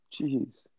Jeez